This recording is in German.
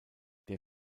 der